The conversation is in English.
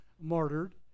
martyred